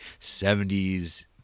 70s